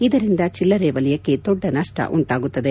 ಇದರಿಂದ ಚಿಲ್ಲರೆ ವಲಯಕ್ಕೆ ದೊಡ್ಡ ನಷ್ವ ಉಂಟಾಗುತ್ತದೆ